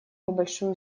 небольшую